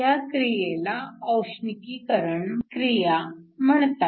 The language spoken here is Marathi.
ह्या क्रियेला औष्णिकीकरण क्रिया म्हणतात